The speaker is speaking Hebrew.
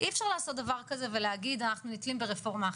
אי אפשר לעשות דבר כזה ולהגיד: אנחנו נתלים ברפורמה אחרת.